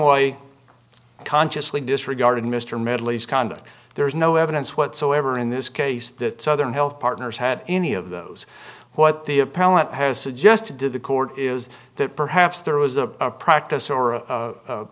way consciously disregarded mr medleys conduct there is no evidence whatsoever in this case that southern health partners had any of those what the appellant has suggested to the court is that perhaps there was a practice or